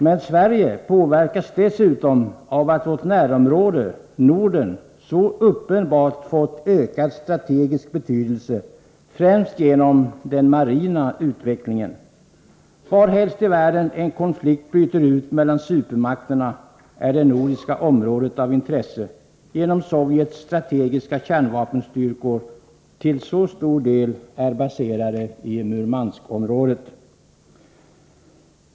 Men Sverige påverkas dessutom av att vårt närområde, Norden, så uppenbart fått ökad strategisk betydelse, främst genom den marina utvecklingen. Varhelst i världen en konflikt bryter ut mellan supermakterna är det nordiska området av intresse, genom att Sovjets strategiska kärnvapenstyrkor till så stor del är baserade i Murmanskområdet.